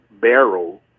barrel